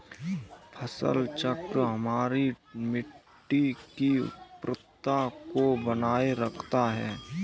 फसल चक्र हमारी मिट्टी की उर्वरता को बनाए रखता है